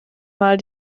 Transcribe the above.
mal